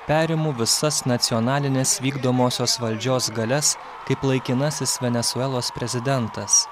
perimu visas nacionalinės vykdomosios valdžios galias kaip laikinasis venesuelos prezidentas